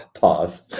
Pause